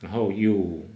然后又